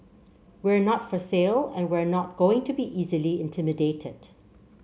we're not for sale and we're not going to be easily intimidated